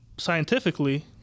Scientifically